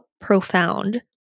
profound